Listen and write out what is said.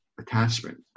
attachment